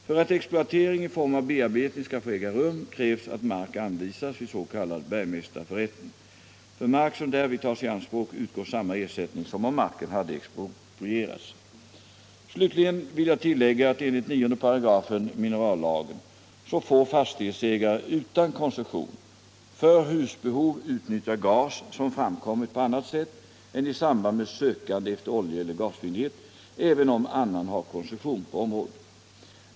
För att exploatering i form av bearbetning skall få Slutligen vill jag tillägga att enligt 9 § minerallagen får fastighetsägare utan koncession för husbehov utnyttja gas som framkommit på annat sätt än i samband med sökande efter oljeeller gasfyndighet, även om annan har koncession på området.